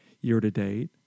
year-to-date